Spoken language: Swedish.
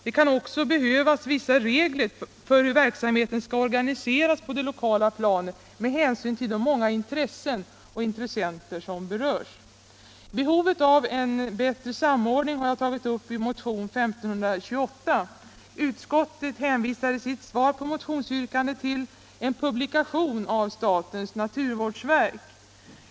Det kan också behövas vissa regler för hur verksamheten skall organiseras på det lokala planet med hänsyn till de många intressen och intressenter som berörs. Behovet av en bättre samordning har jag tagit upp i motionen 1528. Utskottet hänvisar i sitt svar på motionsyrkandet främst till en publikation av statens naturvårdsverk.